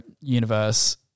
universe